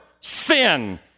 sin